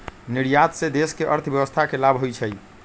निर्यात से देश के अर्थव्यवस्था के लाभ होइ छइ